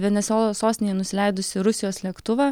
venesuelos sostinėje nusileidusį rusijos lėktuvą